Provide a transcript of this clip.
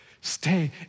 Stay